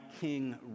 king